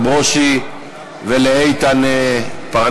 48 בעד, ללא מתנגדים, ללא